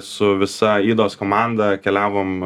su visa ydos komanda keliavom